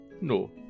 No